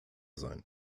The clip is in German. sein